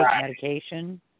medication